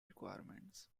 requirements